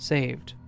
Saved